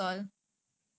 ya